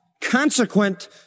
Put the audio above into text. consequent